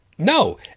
No